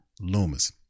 Loomis